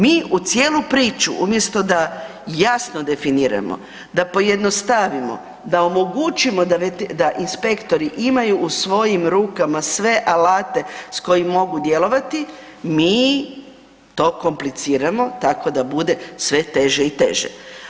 Mi u cijelu priču umjesto da jasno definiramo, da pojednostavimo, da omogućimo da inspektori imaju u svojim rukama sve alate s kojima mogu djelovati, mi to kompliciramo tako da bude sve teže i teže.